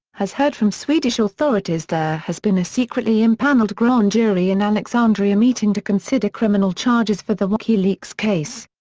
has heard from swedish authorities there has been a secretly empanelled grand jury in alexandria meeting to consider criminal charges for the wikileaks case.